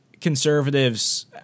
conservatives